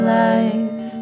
life